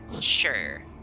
Sure